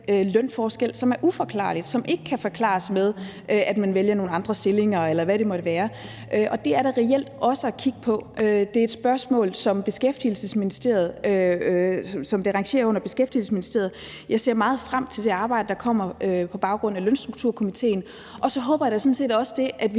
lønforskel, som er uforklarlig, og som ikke kan forklares med, at man vælger nogle andre stillinger, eller hvad det måtte være, og det er reelt også noget at kigge på. Det er et spørgsmål, som sorterer under Beskæftigelsesministeriet. Jeg ser meget frem til det arbejde, der kommer på baggrund af Lønstrukturkomitéen, og så håber jeg da sådan set også, at det, at vi